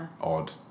odd